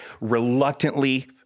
reluctantly